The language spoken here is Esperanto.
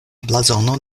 blazono